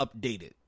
updated